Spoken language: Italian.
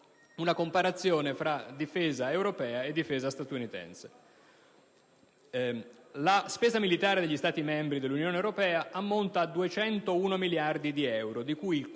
una comparazione tra difesa europea e difesa statunitense. La spesa militare degli Stati membri dell'Unione europea ammonta a 201 miliardi di euro, di cui il